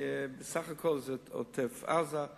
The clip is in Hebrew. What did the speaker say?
בסך הכול זה עוטף-עזה,